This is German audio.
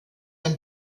ein